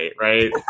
right